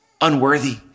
unworthy